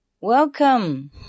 Welcome